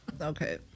okay